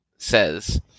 says